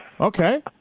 okay